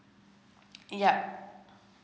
yup